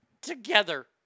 together